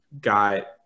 got